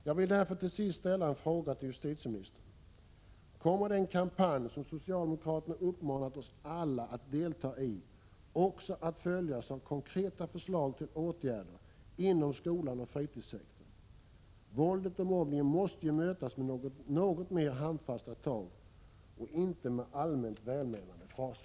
Jag vill därför till sist ställa en fråga till justitieministern: 35 Kommer den kampanj som socialdemokraterna uppmanat oss alla att 21 november 1986 delta i också att följas av konkreta förslag till åtgärder inom skolan och fritidssektorn? Våldet och mobbningen måste ju mötas med något mer handfasta tag och inte med allmänt välmenande fraser.